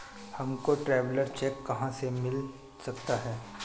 हमको traveller cheque कहाँ से मिल सकता है?